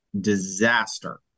disaster